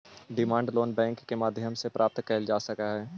demand loan bank के माध्यम से प्राप्त कैल जा सकऽ हइ